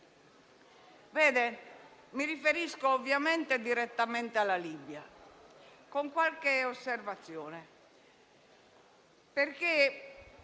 Mi riferisco direttamente alla Libia, con qualche osservazione,